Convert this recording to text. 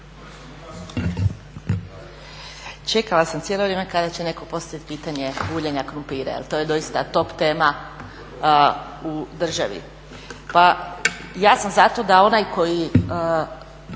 Čekala sam cijelo vrijeme kada će netko postavit pitanje guljenja krumpira jer to je doista top tema u državi. Pa ja sam zato da onaj koji